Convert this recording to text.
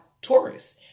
Taurus